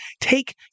take